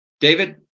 David